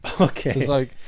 Okay